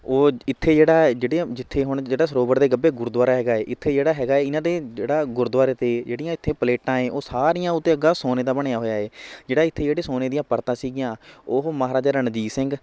ਉਹ ਇੱਥੇ ਜਿਹੜਾ ਜਿਹੜੀਆਂ ਜਿੱਥੇ ਹੁਣ ਜਿਹੜਾ ਸਰੋਵਰ ਦੇ ਗੱਬੇ ਗੁਰਦੁਆਰਾ ਹੈਗਾ ਏ ਇੱਥੇ ਜਿਹੜਾ ਹੈਗਾ ਇਹਨਾਂ ਦੇ ਜਿਹੜਾ ਗੁਰਦੁਆਰੇ 'ਤੇ ਜਿਹੜੀਆਂ ਇੱਥੇ ਪਲੇਟਾਂ ਏ ਉਹ ਸਾਰੀਆਂ ਉਹ 'ਤੇ ਅੱਗਾ ਸੋਨੇ ਦਾ ਬਣਿਆ ਹੋਇਆ ਏ ਜਿਹੜਾ ਇੱਥੇ ਜਿਹੜੇ ਸੋਨੇ ਦੀਆਂ ਪਰਤਾਂ ਸੀਗੀਆਂ ਉਹ ਮਹਾਰਾਜਾ ਰਣਜੀਤ ਸਿੰਘ